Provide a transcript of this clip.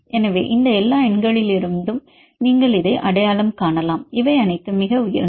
எனவே இந்த எல்லா எண்களிலிருந்தும் நீங்கள் இதை அடையாளம் காணலாம் இவை அனைத்தும் மிக உயர்ந்தவை